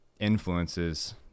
influences